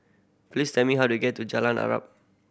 please tell me how to get to Jalan Arnap